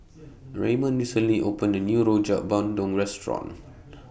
Ramon recently opened A New Rojak Bandung Restaurant